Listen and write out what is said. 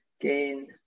gain